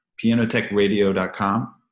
PianoTechRadio.com